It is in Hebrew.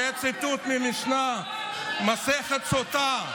זה ציטוט מהמשנה, מסכת סוטה.